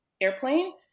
airplane